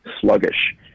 sluggish